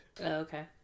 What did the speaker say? okay